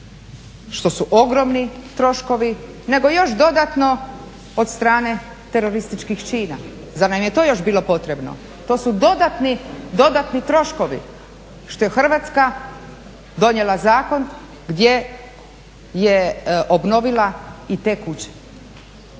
što su ogromni troškovi, nego još dodatno od strane terorističkih čina. Zar nam je još to bilo potrebno? To su dodatni troškovi što je Hrvatska donijela zakon gdje je obnovila i te kuće.